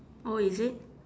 oh is it